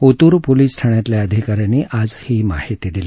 Otur police ठाण्यातल्या अधिकाऱ्यांनी आज ही माहिती दिली